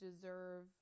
deserve